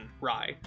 rye